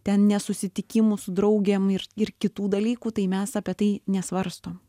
ten nesusitikimų su draugėm ir ir kitų dalykų tai mes apie tai nesvarstom